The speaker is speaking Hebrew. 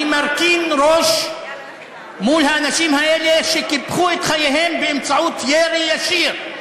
אני מרכין ראש מול האנשים האלה שקיפחו את חייהם באמצעות ירי ישיר,